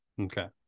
Okay